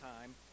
time